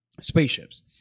spaceships